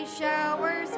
showers